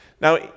Now